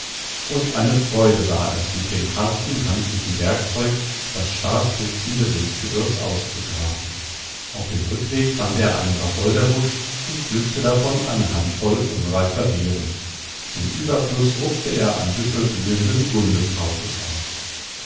und eine freude war es mit dem harten handlichen werkzeug das stark duftende wildgewürz auszugraben auf dem rückweg fand er einen wacholderbusch und pflückte davon eine handvoll unreifer beeren zum überfluß rupfte er ein büschel blühenden gundelkrautes aus